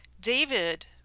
David